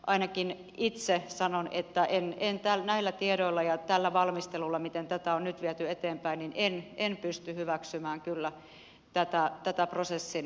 ainakin itse sanon että näillä tiedoilla ja tällä valmistelulla millä tätä on nyt viety eteenpäin en pysty hyväksymään kyllä tätä prosessin